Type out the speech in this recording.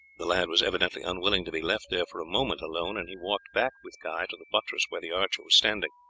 the lad was evidently unwilling to be left there for a moment alone, and he walked back with guy to the buttress where the archer was standing.